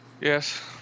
yes